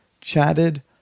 chatted